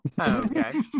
Okay